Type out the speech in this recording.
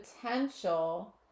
potential